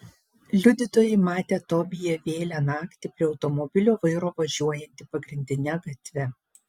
liudytojai matę tobiją vėlią naktį prie automobilio vairo važiuojantį pagrindine gatve